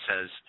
says